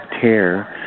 tear